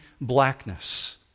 blackness